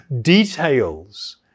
details